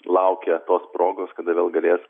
laukė tos progos kada vėl galės